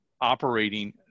operating